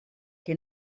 que